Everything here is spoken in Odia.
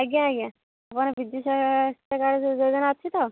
ଆଜ୍ଞା ଆଜ୍ଞା ତମର ବିଜୁସ୍ୱାସ୍ଥ୍ୟ କାର୍ଡ଼ ଯୋଜନା ଅଛି ତ